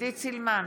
סילמן,